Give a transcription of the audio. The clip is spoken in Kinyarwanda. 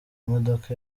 modoka